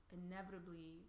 inevitably